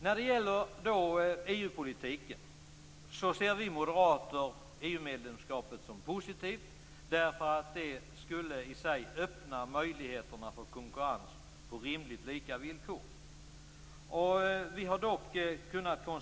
Vi moderater ser EU-medlemskapet som positivt. Det öppnar i sig möjligheterna för konkurrens på rimligt lika villkor.